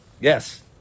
Yes